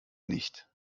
nicht